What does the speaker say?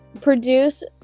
produce